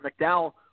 McDowell